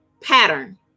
Pattern